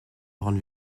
rendre